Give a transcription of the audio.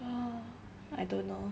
!wah! I don't know